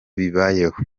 bibayeho